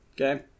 Okay